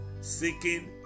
seeking